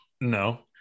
no